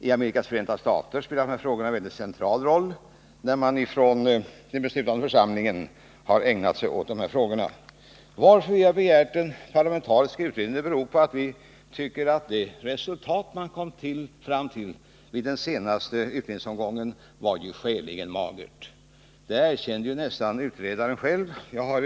I Amerikas förenta stater spelar de här frågorna en central roll i den beslutande församlingen. Vi har begärt en parlamentarisk utredning därför att vi tycker att det resultat man kom fram till vid den senaste utredningsomgången var magert. Det erkände utredaren nästan själv.